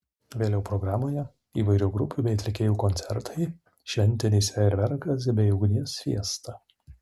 vėliau programoje įvairių grupių bei atlikėjų koncertai šventinis fejerverkas bei ugnies fiesta